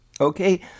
Okay